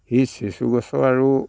সেই চেচু গছৰ আৰু